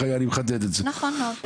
נכון.